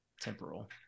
temporal